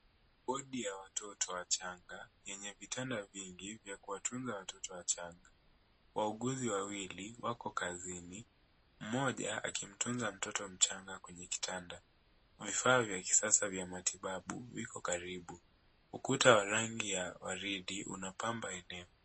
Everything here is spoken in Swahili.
Wodi ya watoto wachanga yenye vitanda vingi vya kuwatunza watoto wachanga. Wauguzi wawili wako kazini, mmoja akimtunza mtoto mchanga kwenye kitanda. Vifaa vya kisasa vya matibabu viko karibu. Ukuta wa rangi ya waridi unapamba eneo.